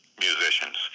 musicians